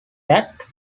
that